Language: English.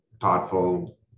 thoughtful